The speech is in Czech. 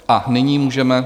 A nyní můžeme...